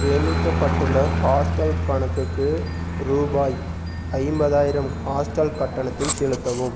சேமிக்கப்பட்டுள்ள ஹாஸ்டல் கணக்குக்கு ரூபாய் ஐம்பதாயிரம் ஹாஸ்டல் கட்டணத்தைச் செலுத்தவும்